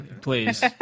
please